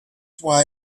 why